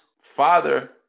father